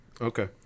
Okay